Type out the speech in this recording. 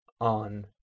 on